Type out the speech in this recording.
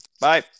Bye